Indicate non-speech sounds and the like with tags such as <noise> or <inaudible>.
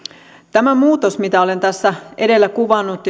tämä muutos mitä olen tässä edellä kuvannut <unintelligible>